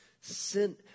Sin